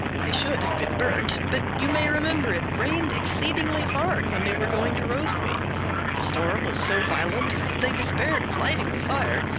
i should have been burnt, but you may remember it rained exceedingly hard when they were going to roast me the storm was so violent that they despaired of lighting the fire,